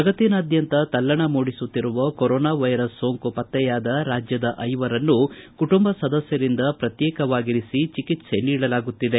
ಜಗತ್ತಿನಾದ್ಯಂತ ತಲ್ಲಣ ಮೂಡಿಸುತ್ತಿರುವ ಕೊರೊನಾ ವೈರಸ್ ಸೋಂಕು ಪತ್ತೆಯಾದ ರಾಜ್ಯದ ಐವರನ್ನು ಕುಟುಂಬ ಸದಸ್ಯರಿಂದ ಪ್ರತ್ಯೇಕವಾಗಿರಿಸಿ ಚಿಕಿತ್ಸೆ ನೀಡಲಾಗುತ್ತಿದೆ